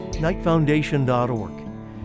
KnightFoundation.org